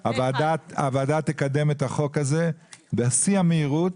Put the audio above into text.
הוועדה תקדם את החוק הזה בשיא המהירות.